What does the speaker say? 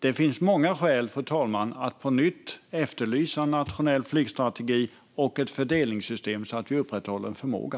Det finns många skäl, fru talman, att på nytt efterlysa en nationell flygstrategi och ett fördelningssystem, så att vi upprätthåller en förmåga.